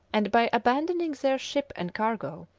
and by abandoning their ship and cargo,